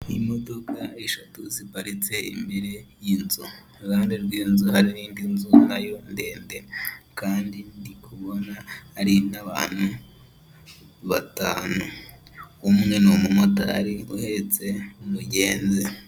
Imodoka eshatu ziparitse imbere y'inzu. Iruhande rw'iyi nzu hari n'indi nzu nayo ndende kandi ndikubona hari n'abantu batanu, umwe ni umumotari uhetse umugenzi.